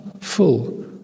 full